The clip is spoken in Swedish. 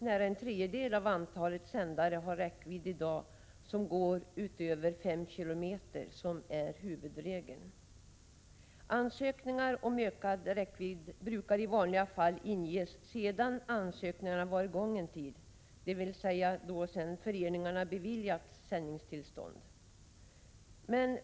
Nära en tredjedel av antalet sändare har alltså i dag räckvidder som går utöver 5 km, som är huvudregel. Ansökningar om ökad räckvidd brukar i vanliga fall inges sedan sändningarna varit i gång en tid, dvs. sedan föreningen beviljats sändningstillstånd.